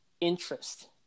interest